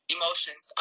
emotions